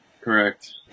Correct